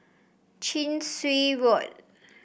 Chin Swee Road